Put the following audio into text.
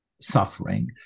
suffering